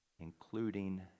including